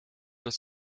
das